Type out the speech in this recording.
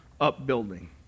upbuilding